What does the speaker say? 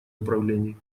управлений